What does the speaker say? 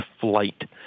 flight